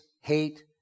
hate